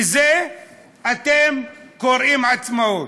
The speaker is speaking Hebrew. לזה אתם קוראים עצמאות.